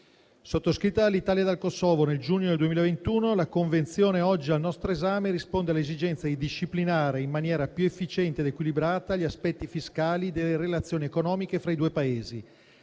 Sottoscritta dall'Italia e dal Kosovo nel giugno 2021, la Convenzione oggi al nostro esame risponde all'esigenza di disciplinare in maniera più efficiente ed equilibrata gli aspetti fiscali delle relazioni economiche fra i due Paesi,